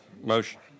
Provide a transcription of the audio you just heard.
motion